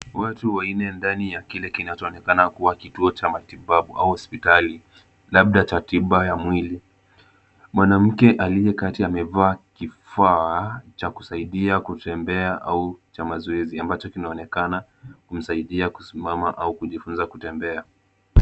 Watu wanne ndani ya kile kinachoonekana kuwa kituo cha matibabu au hospitali labda cha tiba ya mwili. Mwanamke aliyekati amevaa kifaa cha kusaidia kutembea au cha mazoezi ambacho kinaonekana kumsaidia kusimama au kujifunza kutembea.